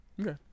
okay